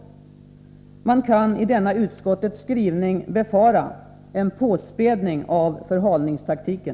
Man kan i denna utskottets skrivning befara en påspädning av förhalningstaktiken.